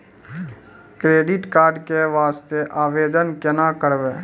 Credit card के वास्ते आवेदन केना करबै?